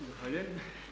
Zahvaljujem.